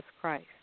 Christ